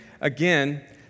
again